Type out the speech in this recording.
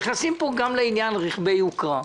נכנסים כאן גם לעניין רכבי יוקרה,